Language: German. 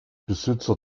besitzer